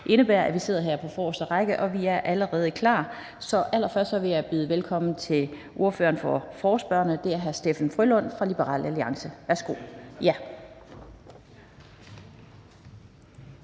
det indebærer, at man sidder her på forreste række. Man er allerede klar, og allerførst vil jeg byde velkommen til ordføreren for forespørgerne, hr. Steffen Frølund fra Liberal Alliance. Værsgo.